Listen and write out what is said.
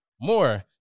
more